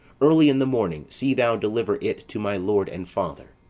early in the morning see thou deliver it to my lord and father.